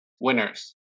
winners